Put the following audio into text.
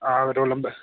हां roll number